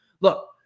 look